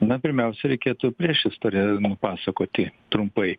na pirmiausia reikėtų priešistorę pasakoti trumpai